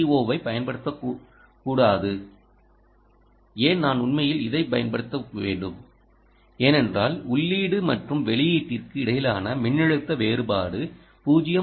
ஓவைப் பயன்படுத்த வேண்டும் ஏன் நான் உண்மையில் இதைப் பயன்படுத்தக்கூடாது ஏனென்றால் உள்ளீடு மற்றும் வெளியீட்டிற்கு இடையிலான மின்னழுத்த வேறுபாடு 0